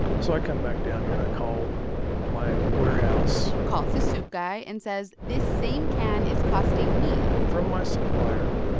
so i come back down here, and i call my warehouse calls his soup guy and says, this same can is costing me. from my supplier,